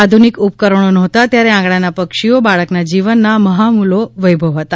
આધુનિક ઉપકરણો નહોતાં ત્યારે આંગણાનાં પક્ષીઓ બાળકના જીવનનાં મહામૂલો વૈભવ હતા